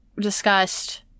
discussed